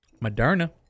moderna